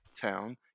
town